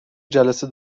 جلسه